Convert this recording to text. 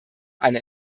eine